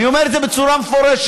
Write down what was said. אני אומר את זה בצורה מפורשת,